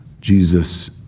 jesus